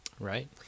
Right